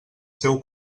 seu